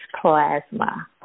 plasma